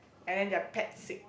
and then their pet sick